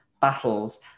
battles